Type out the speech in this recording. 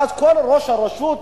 ואז כל ראש רשות,